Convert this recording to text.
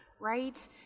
Right